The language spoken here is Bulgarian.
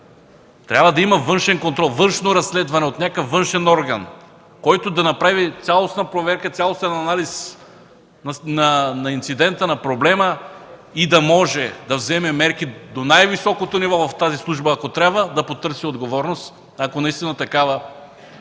трябва да има външен контрол, външно разследване от някакъв външен орган, който да направи цялостна проверка, цялостен анализ на инцидента, на проблема, и да може да вземе мерки до най-високото ниво в тази служба. Ако трябва, да потърси отговорност, ако наистина такава